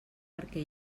perquè